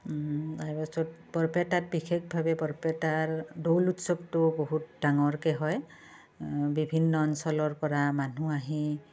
তাৰপাছত বৰপেটাত বিশেষভাৱে বৰপেটাৰ দৌল উৎসৱটো বহুত ডাঙৰকৈ হয় বিভিন্ন অঞ্চলৰ পৰা মানুহ আহি